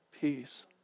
peace